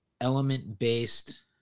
element-based